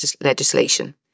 legislation